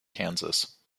kansas